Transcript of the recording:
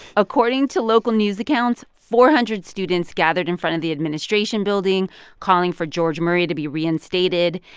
according to local news accounts, four hundred students gathered in front of the administration building calling for george murray to be reinstated.